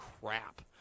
crap